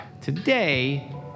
today